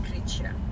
creature